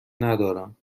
ندارم